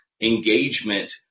engagement